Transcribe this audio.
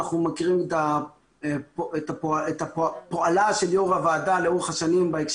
אנחנו מכירים את פועלה של יו"ר הוועדה בהקשר